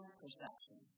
perception